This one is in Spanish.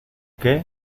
qué